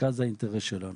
מרכז האינטרס שלנו.